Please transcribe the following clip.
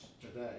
today